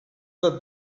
that